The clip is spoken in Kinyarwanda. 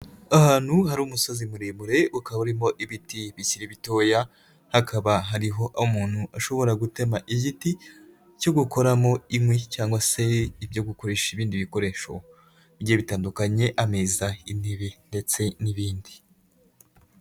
Ahantu hari umusozi muremure ukaba urimo ibiti bikiri bitoya, hakaba hariho umuntu ashobora gutema igiti cyo gukoramo inkwi cyangwa se ibyo gukoresha ibindi bikoresho, bigiye bitandukanye ameza intebe ndetse n'ibindi.